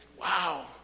Wow